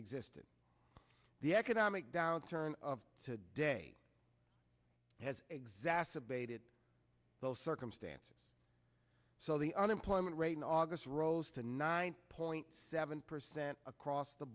existant the economic downturn of today has exacerbated those circumstances so the unemployment rate in august rose to nine point seven percent across the